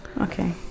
Okay